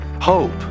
hope